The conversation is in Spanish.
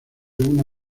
una